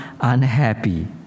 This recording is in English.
unhappy